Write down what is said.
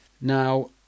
Now